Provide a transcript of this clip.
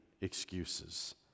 excuses